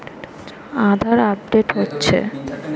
আধার update হচ্ছে?